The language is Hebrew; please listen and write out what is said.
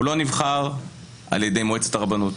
הוא לא נבחר על ידי מועצת הרבנות,